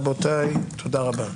רבותיי, תודה רבה.